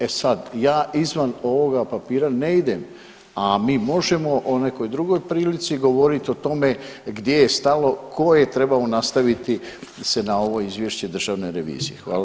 E sad ja izvan ovoga papira ne idem, a mi možemo u nekoj drugoj prilici govoriti o tome gdje je stalo, tko je trebao nastaviti se na ovo izvješće Državne revizije.